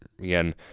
again